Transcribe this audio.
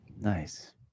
nice